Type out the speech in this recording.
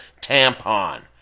tampon